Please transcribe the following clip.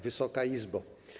Wysoka Izbo!